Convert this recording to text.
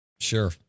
Sure